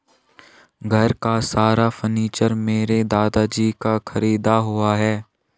घर का सारा फर्नीचर मेरे दादाजी का खरीदा हुआ है